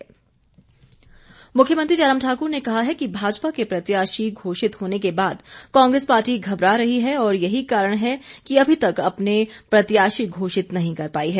मुख्यमंत्री मुख्यमंत्री जयराम ठाक्र ने कहा है कि भाजपा के प्रत्याशी घोषित होने के बाद कांग्रेस पार्टी घबरा रही है और यही कारण है कि अभी तक अपने प्रत्याशी घोषित नहीं कर पाई है